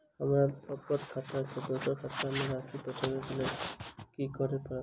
हमरा अप्पन खाता सँ दोसर केँ खाता मे राशि पठेवाक लेल की करऽ पड़त?